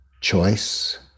choice